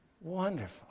Wonderful